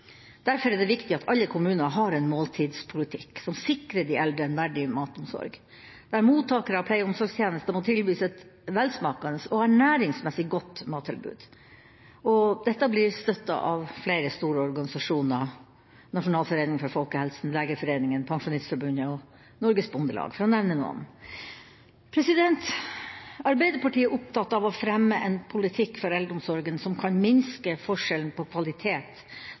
Derfor er det viktig at alle kommuner har en måltidspolitikk som sikrer de eldre en verdig matomsorg. Hver mottaker av pleie- og omsorgstjenester må tilbys et velsmakende og ernæringsmessig godt mattilbud. Dette blir støttet av flere store organisasjoner: Nasjonalforeningen for folkehelsen, Legeforeningen, Pensjonistforbundet og Norges Bondelag, for å nevne noen. Arbeiderpartiet er opptatt av å fremme en politikk for eldreomsorgen som kan minske forskjellen på kvalitet